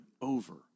over